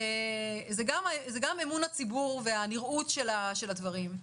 זה גם אמון הציבור והנראות של הדברים.